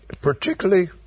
particularly